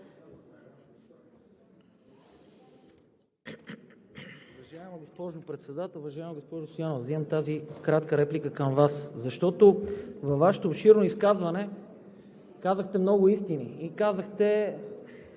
взимам тази кратка реплика към Вас, защото във Вашето обширно изказване казахте много истини и начина,